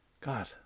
God